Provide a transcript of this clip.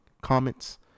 Comments